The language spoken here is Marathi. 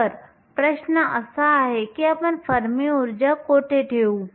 तर प्रश्न असा आहे की आपण फर्मी ऊर्जा कोठे ठेवू